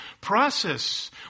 process